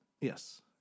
Yes